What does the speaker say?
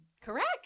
Correct